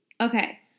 Okay